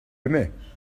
aimais